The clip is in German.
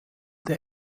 der